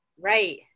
Right